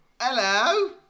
hello